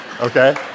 okay